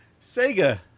Sega